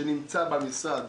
שנמצא במשרד,